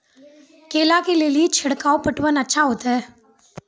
केला के ले ली छिड़काव पटवन अच्छा होते?